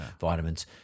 vitamins